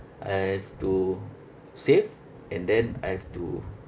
I have to save and then I've to